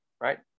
right